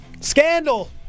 Scandal